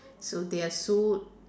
so they are so